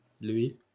Louis